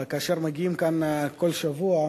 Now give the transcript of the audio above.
כאשר מגיעים לכאן כל שבוע,